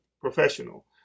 professional